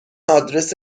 آدرس